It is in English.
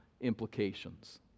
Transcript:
implications